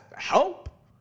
help